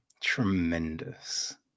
Tremendous